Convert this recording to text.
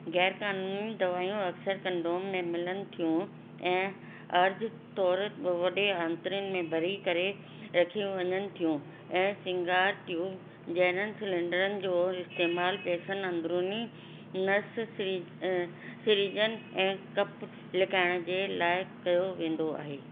गैर कानूनी दवायूं अक्सरु कंडोम में मिलनि थियूं ऐं अर्ध तौरु व वॾे आंतरनि में भरी करे रखियूं वञनि थियूं ऐं सिंगार तियूं जंहिड़नि सिलेण्डरनि जो इस्तेमाल पेसनि अंदरूनी नस स्री अ स्रीजन ऐं कप लिकाइण जे लाइ कयो वेंदो आहे